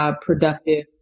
productive